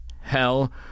hell